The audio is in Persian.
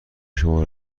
شما